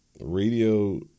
radio